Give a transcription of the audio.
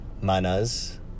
manas